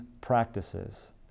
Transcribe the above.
practices